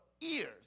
ears